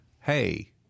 hey